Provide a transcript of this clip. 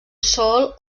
sol